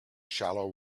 shallow